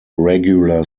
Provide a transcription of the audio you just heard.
regular